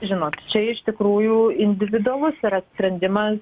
žinot čia iš tikrųjų individualus yra sprendimas